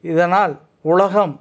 இதனால் உலகம்